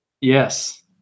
Yes